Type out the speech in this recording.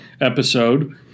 episode